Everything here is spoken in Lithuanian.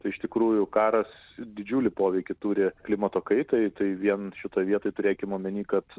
tai iš tikrųjų karas didžiulį poveikį turi klimato kaitai tai vien šitoj vietoj turėkim omeny kad